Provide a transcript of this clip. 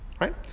Right